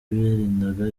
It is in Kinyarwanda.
barindaga